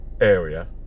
area